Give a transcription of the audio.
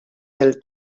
del